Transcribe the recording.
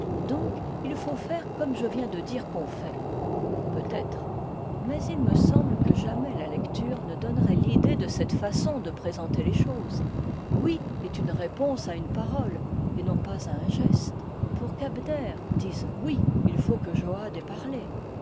donc il faut faire comme je viens de dire qu'on fait peut-être mais il me semble que jamais la lecture ne donnerait l'idée de cette façon de présenter les choses oui est une réponse à une parole et non pas à un geste pour qu'abner dise oui il faut que joad ait parlé